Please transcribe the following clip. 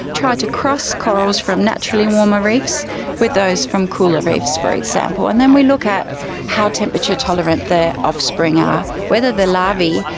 try to cross corals from naturally warmer reefs with those from cooler reefs, for example. and then we look at how temperature tolerant their offspring are, whether the larvae,